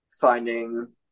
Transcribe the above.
finding